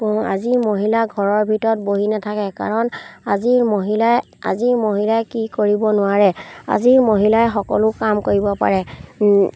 আজিৰ মহিলা ঘৰৰ ভিতৰত বহি নাথাকে কাৰণ আজিৰ মহিলাই আজিৰ মহিলাই কি কৰিব নোৱাৰে আজিৰ মহিলাই সকলো কাম কৰিব পাৰে